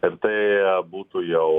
ir tai būtų jau